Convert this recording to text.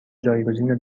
جایگزین